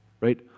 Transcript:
right